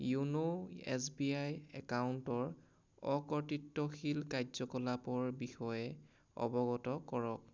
YONO S B I একাউণ্টৰ অকৰ্তৃত্বশীল কাৰ্য্যকলাপৰ বিষয়ে অৱগত কৰক